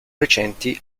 recenti